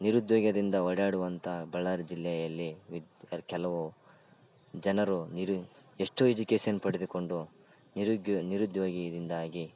ನಿರುದ್ಯೋಗದಿಂದ ಓಡಾಡುವಂಥ ಬಳ್ಳಾರಿ ಜಿಲ್ಲೆಯಲ್ಲಿ ಇದ್ ಕೆಲವು ಜನರು ನಿರು ಎಷ್ಟೋ ಎಜುಕೇಸನ್ ಪಡೆದುಕೊಂಡು ನಿರುಗ್ಯೋ ನಿರುದ್ಯೋಗದಿಂದಾಗಿ